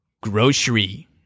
Grocery